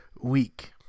week